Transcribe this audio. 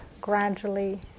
gradually